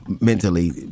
mentally